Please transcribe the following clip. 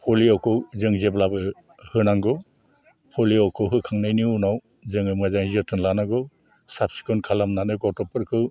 पलिअखौ जों जेब्लाबो होनांगौ पलिअखौ होखांनायनि उनाव जोङो मोजाङै जोथोन लानांगौ साब सिखोन खालामनानै गथ'फोरखौ